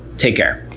take care.